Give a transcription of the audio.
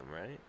right